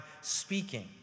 speaking